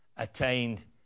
attained